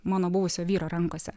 mano buvusio vyro rankose